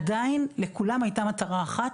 עדיין לכולם היתה מטרה אחרת,